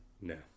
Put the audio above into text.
No